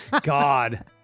God